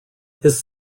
his